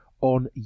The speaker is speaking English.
on